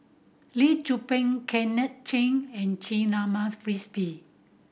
Lee Tzu Pheng Kenneth and Frisby